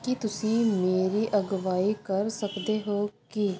ਕੀ ਤੁਸੀਂ ਮੇਰੀ ਅਗਵਾਈ ਕਰ ਸਕਦੇ ਹੋ ਕਿ